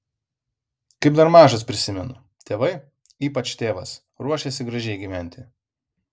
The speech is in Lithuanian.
kaip dar mažas prisimenu tėvai ypač tėvas ruošėsi gražiai gyventi